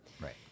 Right